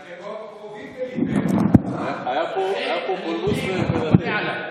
היה פה פולמוס מרתק,